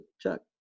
Chuck